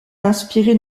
inspiré